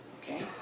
Okay